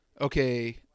okay